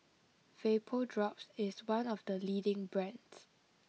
VapoDrops is one of the leading brands